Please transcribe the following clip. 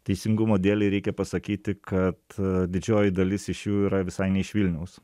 teisingumo dėlei reikia pasakyti kad didžioji dalis iš jų yra visai ne iš vilniaus